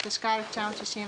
התשכ"א-1961,